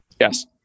Yes